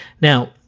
Now